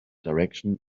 direction